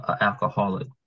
alcoholic